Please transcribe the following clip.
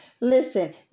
Listen